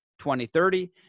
2030